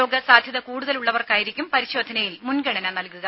രോഗസാധ്യത കൂടുതലുള്ളവർക്കായിരിക്കും പരിശോധനയിൽ മുൻഗണന നൽകുക